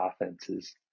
offenses